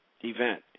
event